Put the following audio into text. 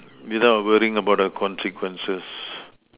without worrying about the consequences